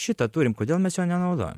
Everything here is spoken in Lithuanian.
šitą turim kodėl mes jo nenaudojam